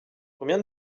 combien